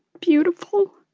beautiful